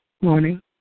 morning